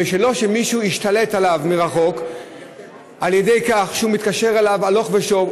ולא שמישהו ישתלט עליו מרחוק על-ידי כך שהוא מתקשר אליו הלוך ושוב,